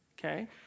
Okay